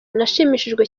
nashimishijwe